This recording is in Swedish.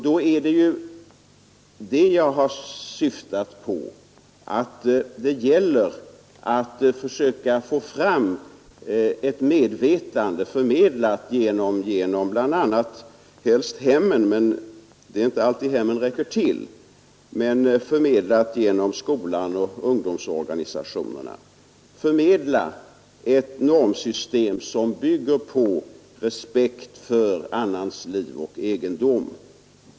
Det är detta som jag har syftat på när jag har sagt att det gäller att försöka få fram ett medvetande, förmedlat genom helst hemmen — men det är inte alltid hemmen räcker till — samt genom skolan och ungdomsorganisationerna, om ett normsystem som bygger på respekt för annans liv och egendom.